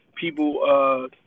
People